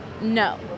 no